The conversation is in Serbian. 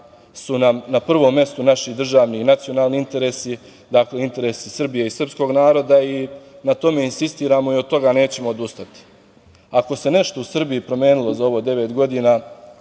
nam na prvu mestu naši državni i nacionalni interesi, dakle interesi Srbije i srpskog naroda i na tome insistiramo i od toga nećemo odustati. Ako se nešto u Srbiji promenilo za ovih devet godina,